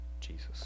Jesus